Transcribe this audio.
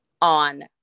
On